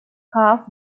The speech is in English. calf